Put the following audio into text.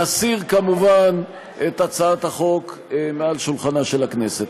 נסיר כמובן את הצעת החוק מעל שולחנה של הכנסת.